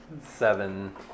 seven